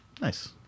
Nice